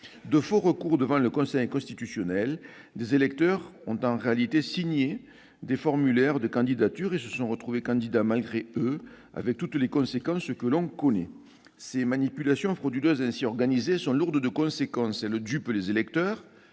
de faux recours devant le Conseil constitutionnel, des électeurs ont en réalité signé des formulaires de candidature et se sont retrouvés candidats malgré eux, avec toutes les conséquences que l'on connaît. Ces manipulations frauduleuses ainsi organisées sont lourdes de conséquences : elles dupent les électeurs,